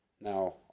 Now